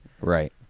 Right